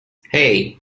hey